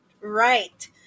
right